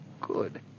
Good